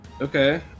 Okay